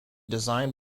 designed